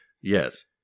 Yes